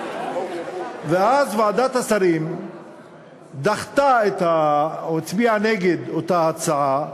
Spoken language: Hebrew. ואז ועדת השרים דחתה או הצביעה נגד אותה הצעה,